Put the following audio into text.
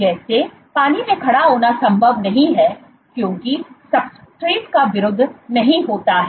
जैसे पानी में खड़ा होना संभव नहीं है क्योंकि सब्सट्रेट का विरोध नहीं होता है